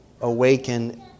awaken